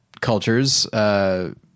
cultures –